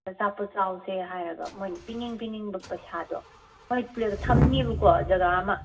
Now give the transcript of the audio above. ꯑꯆꯥꯄꯣꯠ ꯆꯥꯎꯁꯦ ꯍꯥꯏꯔꯒ ꯃꯈꯣꯏꯅ ꯄꯤꯅꯤꯡ ꯄꯤꯅꯤꯡꯕ ꯄꯩꯁꯥꯗꯣ ꯍꯣꯏ ꯊꯝꯅꯤꯕꯀꯣ ꯖꯒꯥ ꯑꯃ